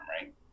right